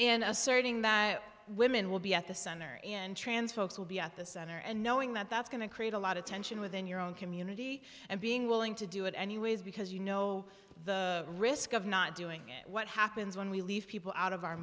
that women will be at the center in trans folks will be at the center and knowing that that's going to create a lot of tension within your own community and being willing to do it anyways because you know the risk of not doing it what happens when we leave people out of our